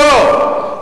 פה,